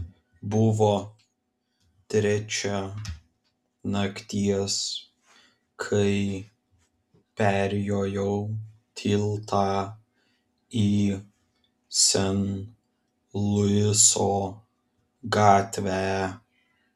buvo trečia nakties kai perjojau tiltą į sen luiso gatvę